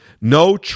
No